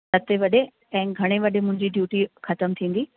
सतें बजे ऐं घणे बजे मुंहिंजी ड्यूटी खतमु थींदी